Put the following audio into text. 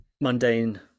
mundane